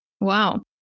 Wow